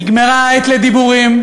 נגמרה העת לדיבורים.